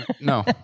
No